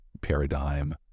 paradigm